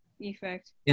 effect